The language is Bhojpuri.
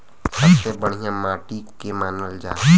सबसे बढ़िया माटी के के मानल जा?